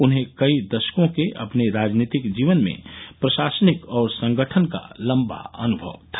उन्हें कई दशकों के अपने राजनीतिक जीवन में प्रशासनिक और संगठन का लम्बा अन्भव था